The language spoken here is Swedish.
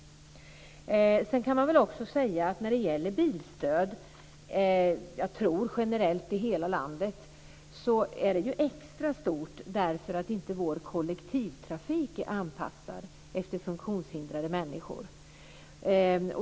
Sedan är ju behovet av bilstöd, jag tror generellt i hela landet, extra stort därför att vår kollektivtrafik inte är anpassad efter funktionshindrade människor.